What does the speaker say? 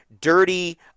dirty